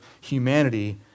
humanity